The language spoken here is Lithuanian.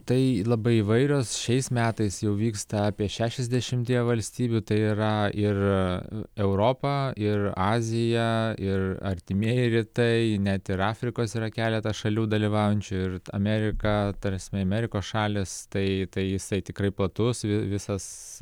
tai labai įvairios šiais metais jau vyksta apie šešiasdešimtyje valstybių tai yra ir europa ir azija ir artimieji rytai net ir afrikos yra keletas šalių dalyvaujančių ir amerika ta prasme amerikos šalys tai jisai tikrai platus visas